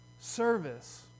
service